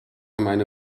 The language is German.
meine